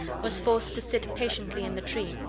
was forced to sit patiently in the tree.